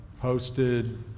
posted